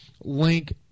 link